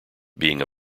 being